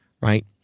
right